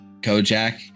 Kojak